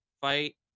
fight